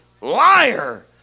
liar